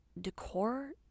Decor